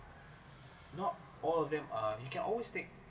not all of them uh you can always take